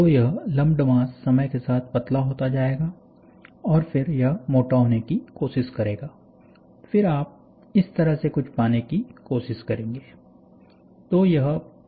तो यह lumped mass समय के साथ पतला होता जाएगा और फिर यह मोटा होने की कोशिश करेगा फिर आप इस तरह से कुछ पाने की कोशिश करेंगे